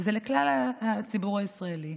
וזה לכלל הציבור הישראלי.